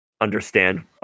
understand